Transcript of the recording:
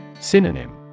Synonym